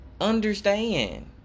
Understand